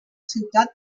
ciutat